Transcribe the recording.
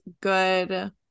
good